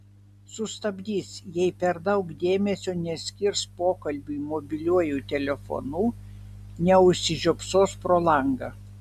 sustabdys jei per daug dėmesio neskirs pokalbiui mobiliuoju telefonu neužsižiopsos pro langą